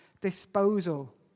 disposal